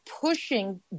pushing